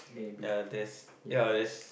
ya there's ya is